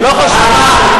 לא חשוב.